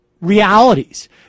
Realities